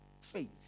faith